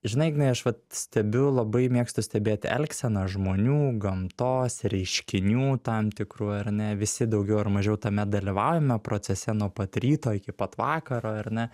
žinai ignai aš vat stebiu labai mėgstu stebėti elgseną žmonių gamtos reiškinių tam tikrų ar ne visi daugiau ar mažiau tame dalyvaujame procese nuo pat ryto iki pat vakaro ar ne